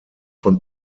von